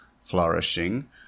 flourishing